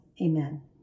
amen